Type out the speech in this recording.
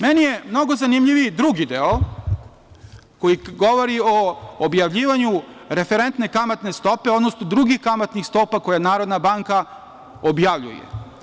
Meni je mnogo zanimljiviji drugi deo koji govori o objavljivanju referentne kamatne stope, odnosno drugih kamatnih stopa koje Narodna banka objavljuje.